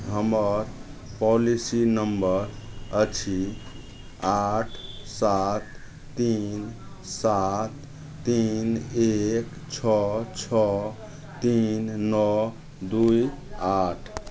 हमर policy number अछि आठ सात तीन सात तीन एक छओ छओ तीन नओ दुइ आठ